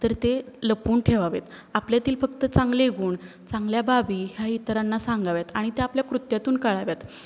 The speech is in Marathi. तर ते लपवून ठेवावेत आपल्यातील फक्त चांगले गुण चांगल्या बाबी ह्या इतरांना सांगाव्यात आणि त्या आपल्या कृत्यातून कळाव्यात